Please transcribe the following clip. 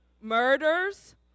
murders